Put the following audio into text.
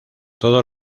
todo